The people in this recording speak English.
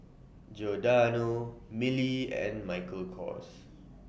Giordano Mili and Michael Kors